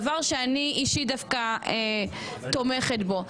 דבר שאני אישית דווקא תומכת בו.